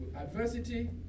adversity